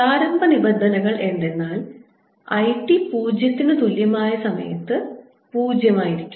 പ്രാരംഭ നിബന്ധനകൾ എന്തെന്നാൽ I t പൂജ്യത്തിനു തുല്യമാകുന്ന സമയത്ത് 0 ആയിരിക്കും